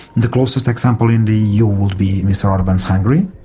the closest example in the eu would be mr orban's hungary.